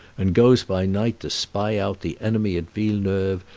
and goes by night to spy out the enemy at villeneuve,